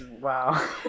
Wow